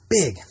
big